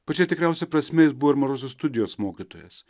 pačia tikriausia prasme jis buvo ir mažosios studijos mokytojas